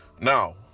Now